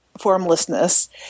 formlessness